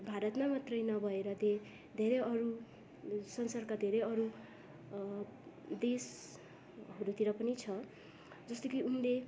भारतमा मात्रै नभएर त्यही धेरै अरू संसारका धेरै अरू देशहरूतिर पनि छ जस्तै कि उनले